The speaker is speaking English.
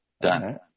Done